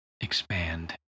expand